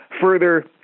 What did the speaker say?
further